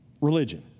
religion